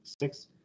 six